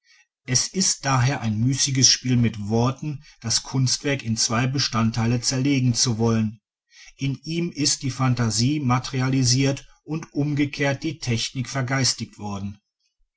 es ist daher ein müßiges spiel mit worten das kunstwerk in zwei bestandteile zerlegen zu wollen in ihm ist die phantasie materialisiert und umgekehrt die technik vergeistigt worden